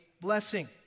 blessing